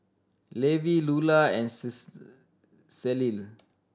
Levi Lulla and Celie